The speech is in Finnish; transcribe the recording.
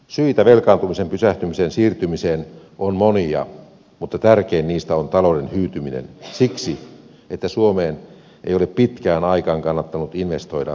syitä velkaantumisen pysähtymisen siirtymiseen on monia mutta tärkein niistä on talouden hyytyminen siksi että suomeen ei ole pitkään aikaan kannattanut investoida eikä työllistää